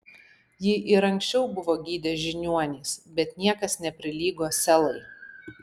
jį ir anksčiau buvo gydę žiniuonys bet niekas neprilygo selai